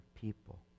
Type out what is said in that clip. people